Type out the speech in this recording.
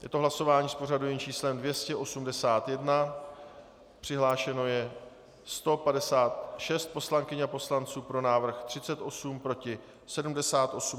Je to hlasování s pořadovým číslem 281, přihlášeno je 156 poslankyň a poslanců, pro návrh 38, proti 78.